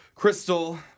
Crystal